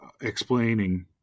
explaining